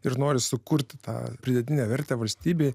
ir nori sukurti tą pridėtinę vertę valstybei